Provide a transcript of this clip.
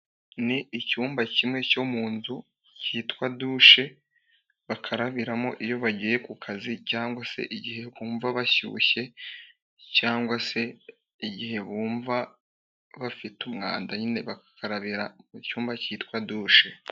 Ni icyumba kimwe cyo mu nzu hitwa dushe bakarabiramo iyo bagiye ku kazi cyangwa se igihe bumva bashyushye cyangwa se igihe bumva bafite umwanda nyine bagakarabira mu cyumba cyitwa dushe.